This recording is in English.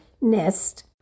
nest